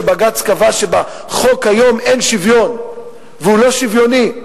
שבג"ץ קבע שבחוק היום אין שוויון והוא לא שוויוני.